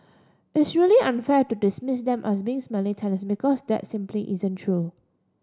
it's really unfair to dismiss them as being smelly tenants because that simply isn't true